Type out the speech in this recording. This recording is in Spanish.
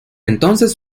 entonces